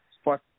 spot